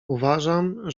uważam